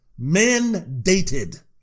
Mandated